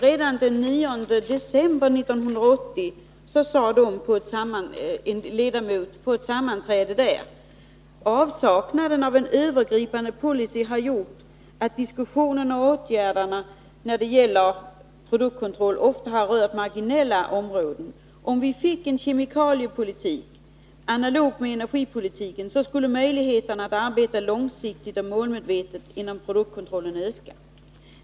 Redan den 9 december 1980 sade en ledamot på ett sammanträde: Avsaknaden av en övergripande policy har gjort att diskussionen och åtgärderna när det gäller produktkontroll ofta har rört marginella områden. Om vi fick en kemikaliepolitik analog med energipolitiken skulle möjligheterna att arbeta långsiktigt och målmedvetet inom produktkontrollen öka.